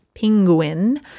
Penguin